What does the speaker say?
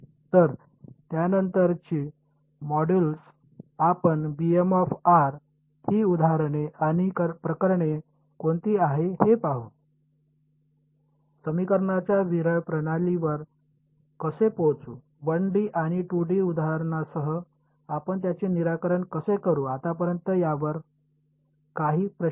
तर त्यानंतरची मॉड्यूल्स आपण ही उदाहरणे आणि प्रकरणे कोणती आहेत हे पाहू समीकरणांच्या विरळ प्रणालीवर कसे पोहोचू 1 डी आणि 2 डी उदाहरणासह आपण त्याचे निराकरण कसे करू आतापर्यंत यावर काही प्रश्न